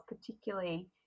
particularly